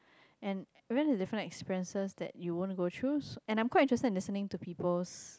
and very different experiences that you want to go through and I'm quite interested in listening to peoples